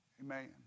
Amen